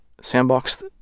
sandbox